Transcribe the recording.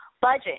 Budget